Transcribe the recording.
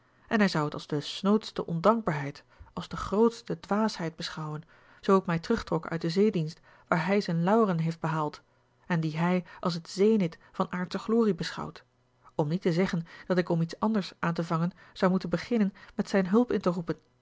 en hij zou het als de snoodste ondankbaarheid als de grootste dwaasheid beschouwen zoo ik mij terugtrok uit den zeedienst waar hij zijne lauweren heeft behaald en die hij als het zenith van aardsche glorie beschouwt om niet te zeggen dat ik om iets anders aan te vangen zou moeten beginnen met zijne hulp in te roepen